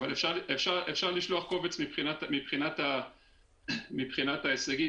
אפשר לשלוח קובץ מבחינת ההישגים.